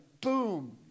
boom